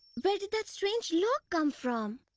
where did that strange log come from?